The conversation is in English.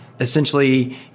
Essentially